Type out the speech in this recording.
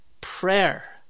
Prayer